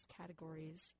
categories